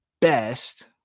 best